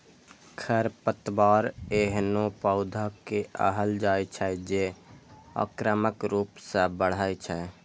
खरपतवार एहनो पौधा कें कहल जाइ छै, जे आक्रामक रूप सं बढ़ै छै